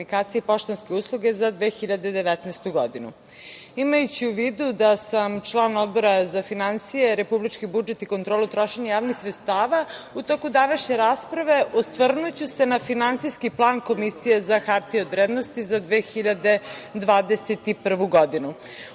i poštanske usluge za 2019. godinu. Imajući u vidu da sam član Komisije za republički budžet za kontrolu trošenja i javnih sredstava, u toku današnje rasprave osvrnuću se na finansijske plan Komisije za hartije od vrednosti za 2021. godinu. Ono